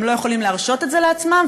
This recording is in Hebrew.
הם לא יכולים להרשות את זה לעצמם,